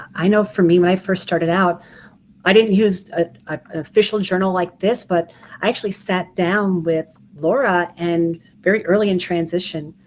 i know for me when i first started out i didn't use ah an official journal like this, but i actually sat down with laura, and very early in transition.